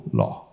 law